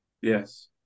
Yes